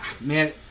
Man